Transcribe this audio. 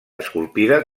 esculpida